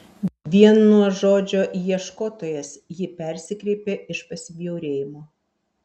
vien nuo žodžio ieškotojas ji persikreipė iš pasibjaurėjimo